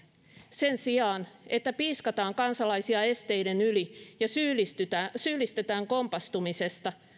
sen sijaan että piiskataan kansalaisia esteiden yli ja syyllistetään syyllistetään kompastumisesta